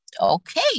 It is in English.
okay